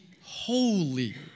holy